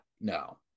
No